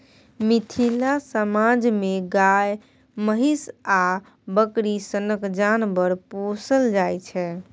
मिथिला समाज मे गाए, महीष आ बकरी सनक जानबर पोसल जाइ छै